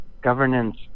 governance